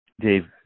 Dave